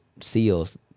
seals